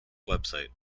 website